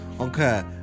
Okay